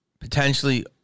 potentially